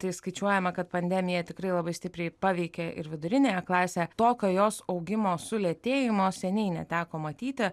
tai skaičiuojama kad pandemija tikrai labai stipriai paveikė ir viduriniąją klasę tokio jos augimo sulėtėjimo seniai neteko matyti